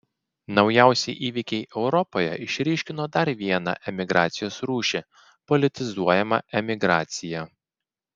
naujausi įvykiai europoje išryškino dar vieną emigracijos rūšį politizuojamą emigraciją